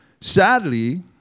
Sadly